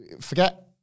Forget